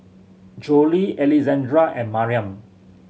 Jolie Alexandra and Mariam